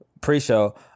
pre-show